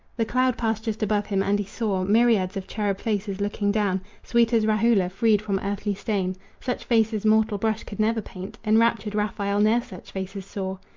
the cloud passed just above him, and he saw myriads of cherub faces looking down, sweet as rahula, freed from earthly stain such faces mortal brush could never paint enraptured raphael ne'er such faces saw.